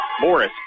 Morris